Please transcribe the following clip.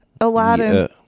Aladdin